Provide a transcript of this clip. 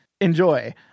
Enjoy